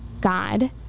God